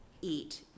eat